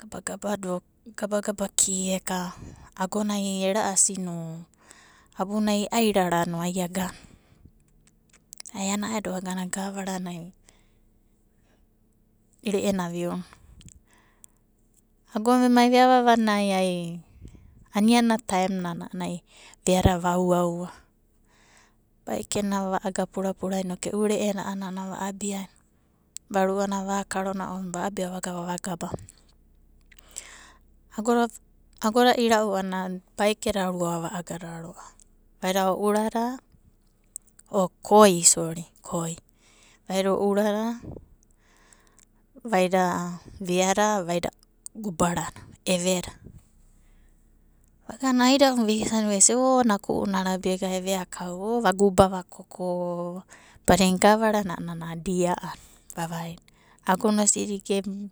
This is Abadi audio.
Gabagaba ki eka agona ai era'asino, abuna ai e'airara no ai agana. Ai ana'edo agana gavaranai re'ena aviuna. Agona vemai veava vanai aniani na taemnanai a'ana ai veada vauaua baekena vava aga purapurana inoku e'u re'ena a'ana va'abia inoku varu'ana vakarona inoku va'abia vaga vava gaba. Agoda agoda ira'u a'ana baekeda rua ava agada ro'ava. Vaida o'urada o koi sori koi. Vaida ourada, vaida veada, vaida gubarada eveda. Vagana aida'u veisani'u vesia o naku'una arabi ega evakauva. O vaguba vakoko badina gavara na ana dia'ana vavaina agona osidi geganu